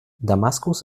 damaskus